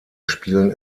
spielen